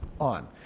on